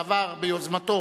25),